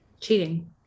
cheating